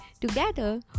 Together